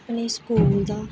अपने स्कूल दा